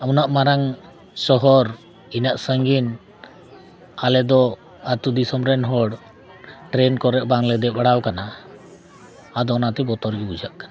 ᱩᱱᱟᱹᱜ ᱢᱟᱨᱟᱝ ᱥᱚᱦᱚᱨ ᱤᱱᱟᱹᱜ ᱥᱟᱺᱜᱤᱧ ᱟᱞᱮᱫᱚ ᱟᱛᱳ ᱫᱤᱥᱚᱢ ᱨᱮᱱ ᱦᱚᱲ ᱠᱚᱨᱮ ᱵᱟᱝᱞᱮ ᱫᱮᱡ ᱵᱟᱲᱟ ᱟᱠᱟᱱᱟ ᱟᱫᱚ ᱚᱱᱟᱛᱮ ᱵᱚᱛᱚᱨ ᱜᱮ ᱵᱩᱡᱷᱟᱹᱜ ᱠᱟᱱᱟ